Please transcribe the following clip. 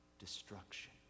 destruction